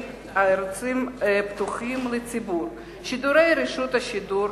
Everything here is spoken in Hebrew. הערוצים הפתוחים לציבור: שידורי רשות השידור,